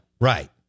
right